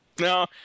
no